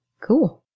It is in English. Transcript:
Cool